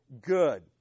good